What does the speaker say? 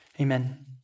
Amen